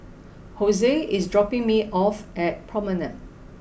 Jose is dropping me off at Promenade